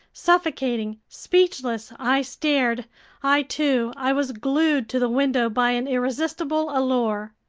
suffocating, speechless, i stared i too! i was glued to the window by an irresistible allure!